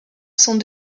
sont